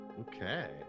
Okay